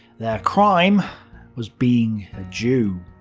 their crime was being a jew.